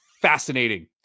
fascinating